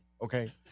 Okay